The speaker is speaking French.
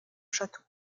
château